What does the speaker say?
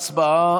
הצבעה.